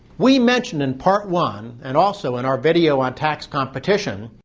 we mentioned in part one, and also in our video on tax competition,